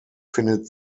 findet